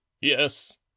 Yes